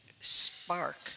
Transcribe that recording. spark